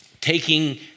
taking